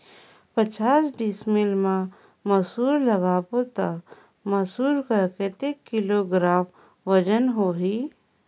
पचास डिसमिल मा मसुर लगाबो ता मसुर कर कतेक किलोग्राम वजन होही?